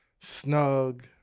Snug